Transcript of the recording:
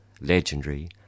legendary